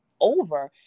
over